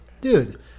Dude